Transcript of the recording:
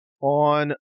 on